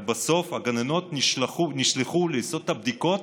אבל בסוף הגננות נשלחו לעשות את הבדיקות